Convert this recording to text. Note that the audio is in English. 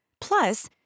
Plus